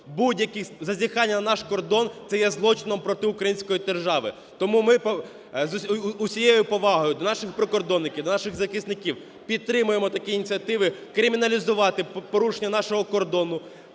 Будь-які зазіхання на наш кордон – це є злочином проти української держави. Тому ми з усією повагою до наших прикордонників, до наших захисників підтримаємо такі ініціативи, криміналізувати порушення нашого кордону,